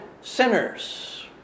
sinners